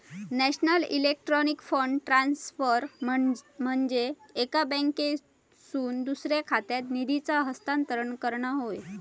national electronic fund transfer म्हनजे एका बँकेतसून दुसऱ्या खात्यात निधीचा हस्तांतरण करणा होय